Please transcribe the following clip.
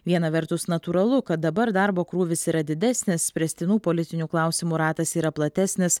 viena vertus natūralu kad dabar darbo krūvis yra didesnis spręstinų politinių klausimų ratas yra platesnis